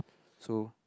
so